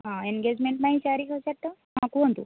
ହଁ ଏନ୍ଗେଜ୍ମେଣ୍ଟ୍ ପାଇଁ ଚାରି ହଜାର ଟଙ୍କା ହଁ କୁହନ୍ତୁ